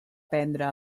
prendre